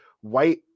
white